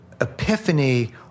epiphany